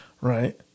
Right